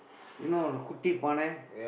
you know or not குட்டி பானை:kutdi paanai